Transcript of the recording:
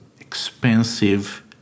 expensive